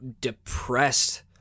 depressed